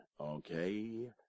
okay